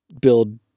build